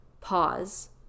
pause